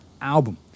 album